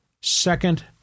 Second